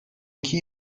iki